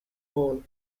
fall